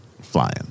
flying